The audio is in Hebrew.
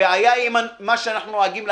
הבעיה היא עם מה שאנחנו נוהגים להגיד,